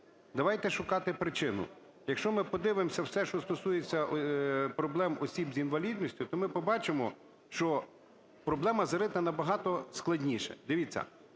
Давайте шукати причину. Якщо ми подивимося все, що стосується проблем осіб з інвалідністю, то ми побачимо, що проблема зарита набагато складніше. Дивіться,